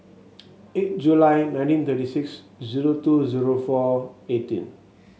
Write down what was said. eight July nineteen thirty six zero two zero four eighteen